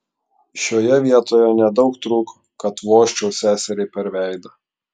šioje vietoje nedaug trūko kad vožčiau seseriai per veidą